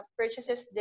purchases